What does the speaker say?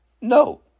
No